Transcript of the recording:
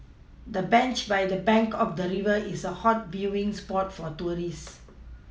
the bench by the bank of the river is a hot viewing spot for tourists